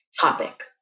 topic